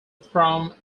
from